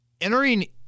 Entering